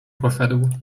poszedł